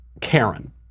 Karen